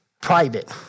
private